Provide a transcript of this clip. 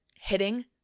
hitting